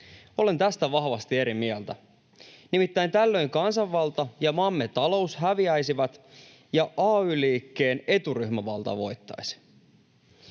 Olen tästä vahvasti eri mieltä. Nimittäin tällöin kansanvalta ja maamme talous häviäisivät ja ay-liikkeen eturyhmävalta voittaisi.